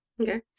Okay